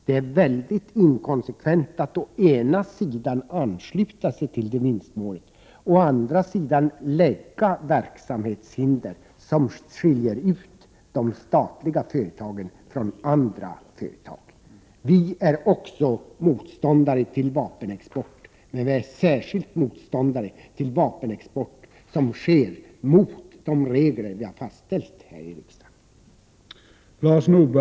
Det är mycket inkonsekvent att å ena sidan ansluta sig till detta vinstmål och å andra sidan resa verksamhetshinder som skiljer ut de statliga företagen från andra företag. Också vi i vpk är motståndare till vapenexport, och vi är särskilt motståndare till vapenexport som sker mot de regler som har fastställts här i riksdagen.